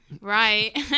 right